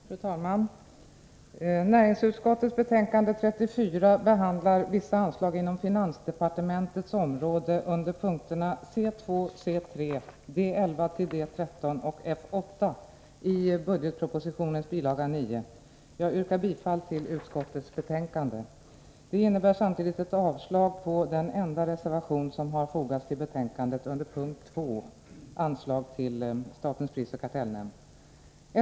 Fru talman! Näringsutskottets betänkande 34 behandlar vissa anslag inom finansdepartementets område under punkterna C2, C3, D11-D13 och F8 i budgetpropositionens bil. 9. Jag yrkar bifall till utskottets hemställan. Det innebär samtidigt ett avslag på den enda reservation som har fogats till betänkandet under punkt 2 om anslag till statens prisoch kartellnämnd.